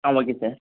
ah okay sir